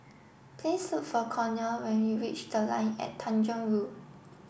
please look for conner when you reach The Line and Tanjong Rhu